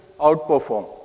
outperform